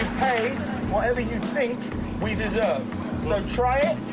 pay whatever you think we deserve. so try it.